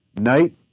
Night